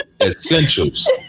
Essentials